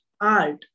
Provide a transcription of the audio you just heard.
art